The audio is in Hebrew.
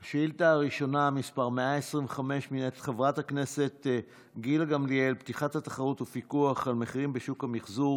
9 125. פתיחת התחרות ופיקוח על המחירים בשוק המחזור